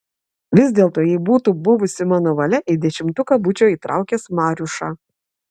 vis dėlto jei būtų buvusi mano valia į dešimtuką būčiau įtraukęs mariušą